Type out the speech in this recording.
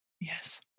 Yes